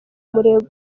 murenge